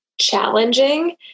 Challenging